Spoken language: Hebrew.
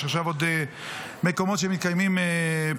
יש עכשיו מקומות שעוד מתקיימות בהם בחירות.